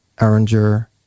arranger